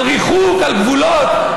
על ריחוק, על גבולות.